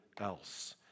else